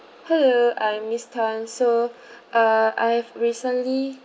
hello I am miss tan so uh I have recently